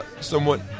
somewhat